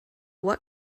what